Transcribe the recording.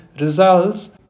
results